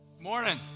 morning